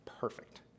perfect